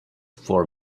four